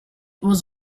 was